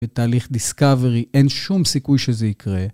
בתהליך דיסקאברי אין שום סיכוי שזה יקרה.